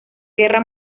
guerra